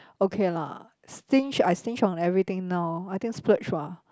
okay lah since I stinge on everything now I think splurge ba